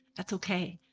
that's okay.